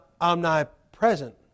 omnipresent